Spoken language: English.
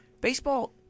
Baseball